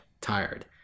tired